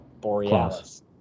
Borealis